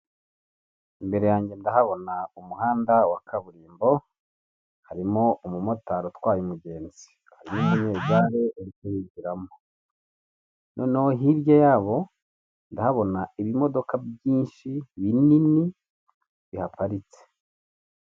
Imbere yanjye ndahabona umuhanda wa kaburimbo harimo umumotari utwaye umugenzi, hari n'umunyegare uri kuwinjiramo, noneho hirya yabo ndahabona ibimodoka byinshi binini bihaparitse.